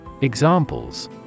Examples